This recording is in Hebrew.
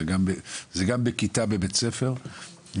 גם בכיתה בבית ספר,